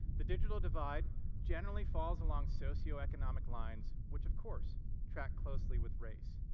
the digital divide generally falls along socioeconomic lines, which of course track closely with race.